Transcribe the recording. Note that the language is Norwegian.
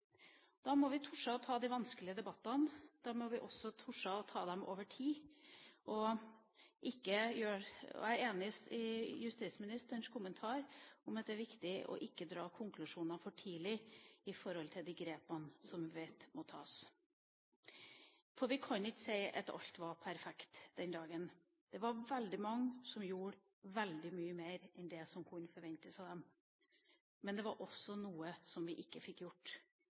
Da må vi tore å ta de vanskelige debattene. Da må vi også tore å ta dem over tid. Jeg er enig i justisministerens kommentar om at det er viktig å ikke dra konklusjoner for tidlig når det gjelder de grepene vi vet må tas, for vi kan ikke si at alt var perfekt den dagen. Det var veldig mange som gjorde veldig mye mer enn det som kunne forventes av dem, men det var også noe som vi ikke fikk gjort.